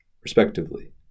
respectively